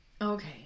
okay